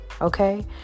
okay